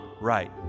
right